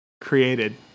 created